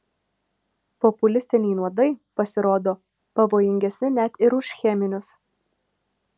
populistiniai nuodai pasirodo pavojingesni net ir už cheminius